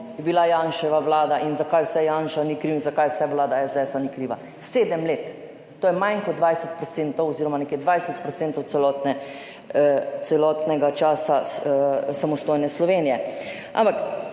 bila Janševa vlada in za kaj vse Janša ni kriv in zakaj vse vlada SDS ni kriva. Sedem let, to je manj kot 20 % oz. nekje 20 % celotnega časa samostojne Slovenije. Ampak